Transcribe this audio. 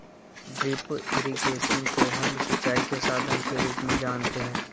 drip irrigation को हम सिंचाई के साधन के रूप में जानते है